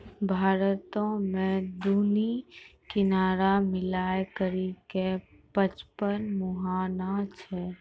भारतो मे दुनू किनारा मिलाय करि के पचपन मुहाना छै